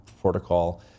protocol